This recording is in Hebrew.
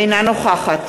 אינה נוכחת